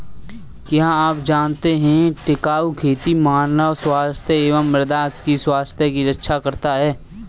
क्या आप जानते है टिकाऊ खेती मानव स्वास्थ्य एवं मृदा की स्वास्थ्य की रक्षा करता हैं?